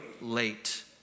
late